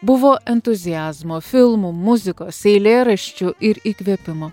buvo entuziazmo filmų muzikos eilėraščių ir įkvėpimo